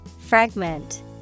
Fragment